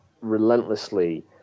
relentlessly